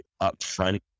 upfront